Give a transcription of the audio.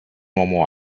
uomo